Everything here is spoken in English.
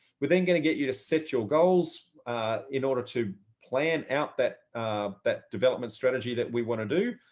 we're then going to get you to set your goals in order to plan out that that development strategy that we want to do.